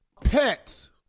pets